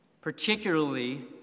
Particularly